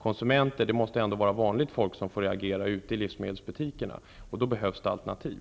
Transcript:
Konsumenter måste ändå vara vanligt folk som reagerar ute i livsmedelsbutikerna. För att det skall bli så behövs det alternativ.